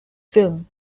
film